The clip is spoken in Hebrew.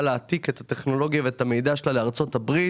להעתיק את הטכנולוגיה ואת המידע שלה לארצות-הברית,